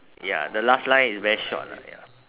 ya the last line is very short lah ya